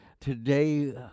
Today